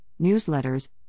newsletters